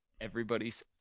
Everybody's